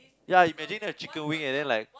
ya imagine the chicken wing and then like